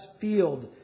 field